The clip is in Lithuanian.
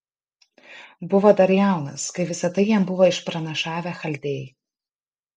buvo dar jaunas kai visa tai jam buvo išpranašavę chaldėjai